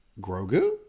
Grogu